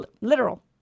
literal